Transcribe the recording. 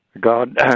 God